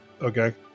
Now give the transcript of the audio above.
Okay